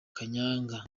kanyanga